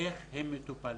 איך הם מטופלים,